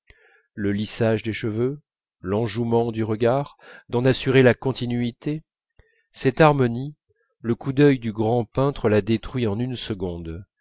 le lissage des cheveux l'enjouement du regard afin d'en assurer la continuité cette harmonie le coup d'œil du grand peintre la détruit en une seconde